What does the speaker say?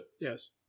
Yes